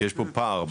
כי יש פה פער,